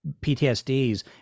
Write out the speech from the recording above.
PTSDs